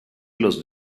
los